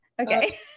Okay